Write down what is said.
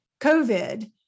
COVID